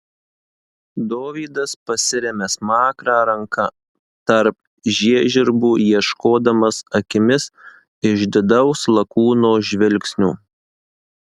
dovydas pasiremia smakrą ranka tarp žiežirbų ieškodamas akimis išdidaus lakūno žvilgsnio